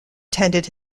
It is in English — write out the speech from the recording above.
tendered